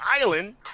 island